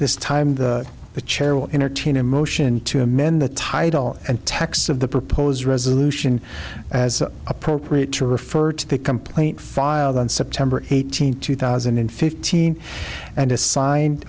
this time and the chair will entertain a motion to and the title and text of the proposed resolution as appropriate to refer to the complaint filed on september eighteenth two thousand and fifteen and is signed